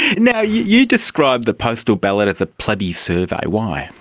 now, you you describe the postal ballot as a plebi-survey. why?